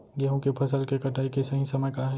गेहूँ के फसल के कटाई के सही समय का हे?